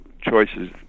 choices